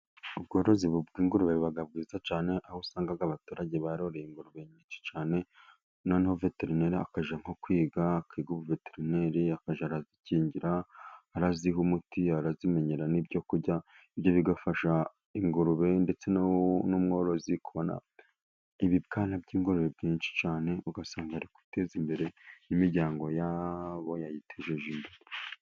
Ubworozi bw'ingurube buba bwiza cyane, aho usanga abaturage baroroye ingurube nyinshi cyane. Noneho veterineri akajya nko kwiga, akiga ubuveterineri akajya azikingira, aziha umuti, azimenyera n'ibyo kurya. Ibyo bigafasha ingurube ndetse n'umworozi, kubona ibibwana by'ingurube byinshi cyane, ugasanga ari kwiteza imbere n' imiryango yabo yayitejeje imbere.